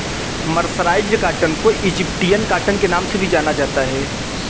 mercerised cotton को Egyptian cotton के नाम से भी जाना जाता है